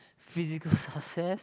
physical success